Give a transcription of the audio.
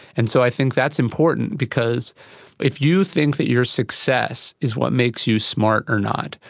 and so i think that's important because if you think that your success is what makes you smart or not,